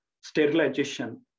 sterilization